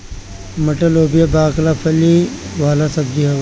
मटर, लोबिया, बकला फली वाला सब्जी हवे